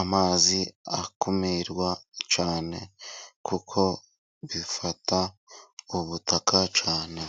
amazi akumirwa cyane kuko bifata ubutaka cyane.